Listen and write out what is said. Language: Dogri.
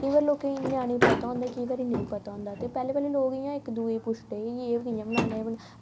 ते लोकें गी ञ्यानें गी पता होंदा केईं बारी नेईं पता होंदा ते पैह्लें पैह्लें लोग इंया इक्क दूऐ गी एह् नेहियां बनाने ई ते